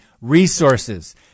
resources